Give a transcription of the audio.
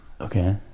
Okay